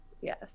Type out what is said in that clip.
Yes